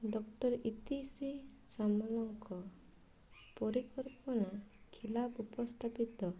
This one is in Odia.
ଡକ୍ଟର୍ ଇତିଶ୍ରୀ ସାମନ୍ତ ଙ୍କ ପରିକଳ୍ପନା ଖିଲାପ ଉପସ୍ଥାପିତ